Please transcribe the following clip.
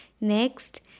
Next